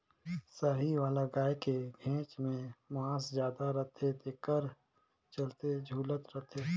साहीवाल गाय के घेंच में मांस जादा रथे तेखर चलते झूलत रथे